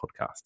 podcast